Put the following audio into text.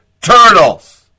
turtles